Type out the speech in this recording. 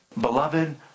beloved